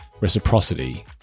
reciprocity